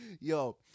Yo